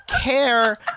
care